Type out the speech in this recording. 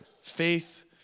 faith